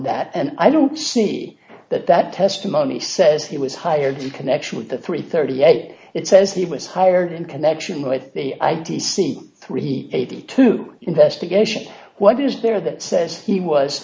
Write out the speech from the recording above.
that and i don't see that that testimony says he was hired connection with the three thirty eight it says he was hired in connection with the id seem three eighty two investigation what is there that says he was